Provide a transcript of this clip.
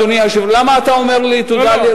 אדוני היושב-ראש, למה אתה אומר לי תודה?